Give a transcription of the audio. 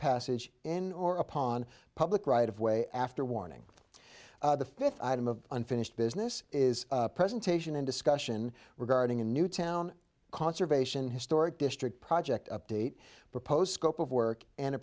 passage in or upon public right of way after warning the fifth item of unfinished business is presentation and discussion regarding a new town conservation historic district project update proposed scope of work and